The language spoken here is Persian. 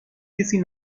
کسی